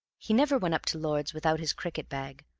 he never went up to lord's without his cricket-bag,